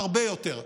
והרבה יותר,